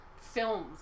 films